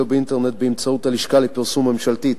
ובאינטרנט באמצעות הלשכה לפרסום הממשלתית,